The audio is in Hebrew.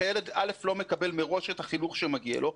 כי הילד לא מקבל מראש את החינוך שמגיע לו,